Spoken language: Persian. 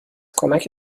کمک